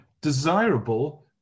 desirable